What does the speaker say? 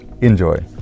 Enjoy